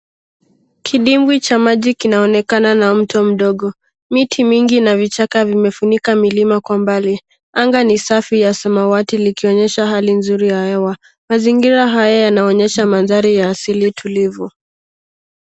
Kidimbwi cha maji kinaonekana na mto mdogo. Miti mingi na vichaka vimefunika milima kwa mbali. Anga ni safi ya samawati likionyesha hali nzuri ya hewa. Mazingira haya yanaonyesha mandhari ya asili tulivu.